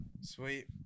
Sweet